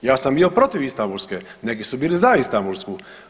Ja sam bio protiv Istanbulske, neki su bili za Instanbulsku.